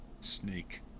snake